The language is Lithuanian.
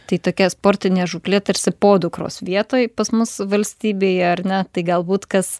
tai tokia sportinė žūklė tarsi podukros vietoj pas mus valstybėj ar ne tai galbūt kas